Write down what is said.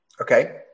Okay